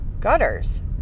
gutters